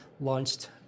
launched